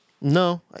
No